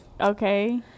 okay